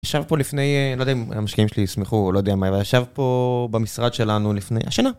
ישב פה לפני, לא יודע אם המשקיעים שלי ישמחו או לא יודע מה, ישב פה במשרד שלנו לפני, השנה.